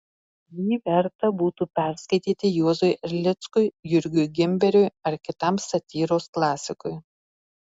jį verta būtų perskaityti juozui erlickui jurgiui gimberiui ar kitam satyros klasikui